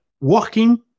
working